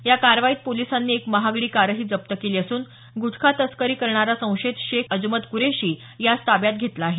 या कारवाईत पोलिसांनी एक महागडी कारही जप्त केली असून गुटखा तस्करी करणारा संशयित शेख अजमत क्रेशी यास ताब्यात घेतलं आहे